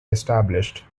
established